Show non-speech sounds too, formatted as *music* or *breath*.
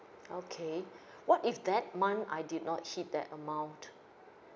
okay *breath* what if that month I did not hit that amount